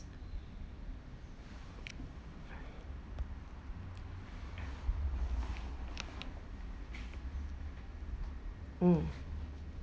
mm